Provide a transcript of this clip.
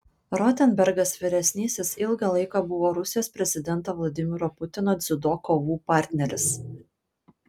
rotenbergas vyresnysis ilgą laiką buvo rusijos prezidento vladimiro putino dziudo kovų partneris